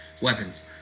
weapons